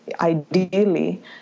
ideally